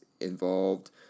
involved